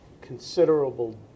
considerable